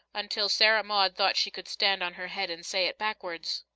until sarah maud thought she could stand on her head and say it backwards.